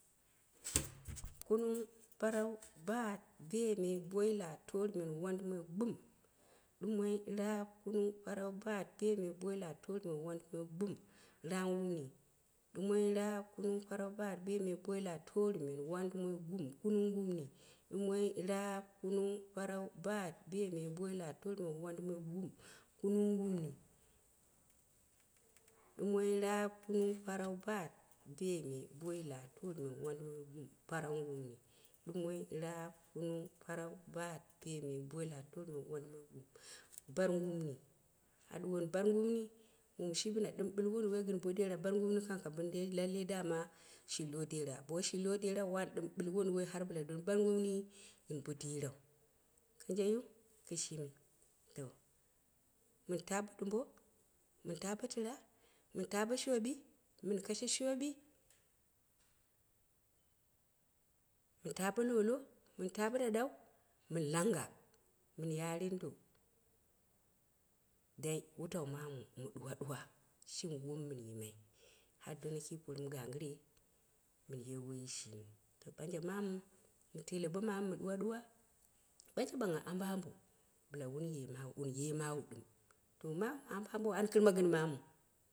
kunung, parau, baat, beemoi, boila, torumen, wandumoi, gum, ɗumo, raap, kunung, parau baat, bemoi, boila, torume, wandumoi, gum, ramgumni, ɗumoi, raap kunung paarau baat bemoi boila torume wandumnoi gum kununggumni, ɗumoi, raap, kunung, parau, baat, bemoi, boila, tureumen, wandumoi, gum, ɗumoi, raap, kunung parau, baat, bemoi bola, torumen, wandumoi, gum, kunung gum ɗumoi, raap, kunung, parau, baat, bemoi, boila, turumen, wandumoi, gum paraungumni, ɗumoi, raap, kunung, parau, baat, bemoi, boila torumen, wandumoi, gum barɨmgumni. A ɗuwoni barɨngumniu? Mum shi ɗɨma ɓɨl wunduwoi gɨn bo dera barɨngumni kam ka bini lallai dama kam shi lowo dera, bo woi shi lowo derau wani ɗɨm bɨl wunduwoi har bɨla doni barɨngumni gɨn bo derau. Kangjeu, mɨnta taa bo tɨra, min ta bo shoɓi, mɨn kashi shoɓe min te bo lolo, mɨn ta bo ɗaɗau mɨn langa, mɨn yarindo, dai wutau mamu miduwaɗuwa shimi wom min yimai har dona kii porɨm ganggire mɨn ye hoyi shimi. To ɓanye mamu mɨ tede bo mamu mɨ ɗuwoɗuwo, ɓanje ɓangmgha ambo ambo, bila wuu ye mawu, wun ye womawa dɨm womawu ma ambo ambo wani kima gɨn mamu.